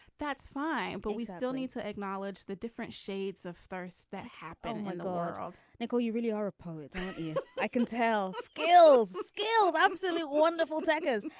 that's fine. but we still need to acknowledge the different shades of first that happen in the world. nicole you really are a poet i can tell skills skills absolutely wonderful decades.